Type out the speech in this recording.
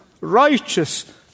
righteous